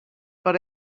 but